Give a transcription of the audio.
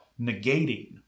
negating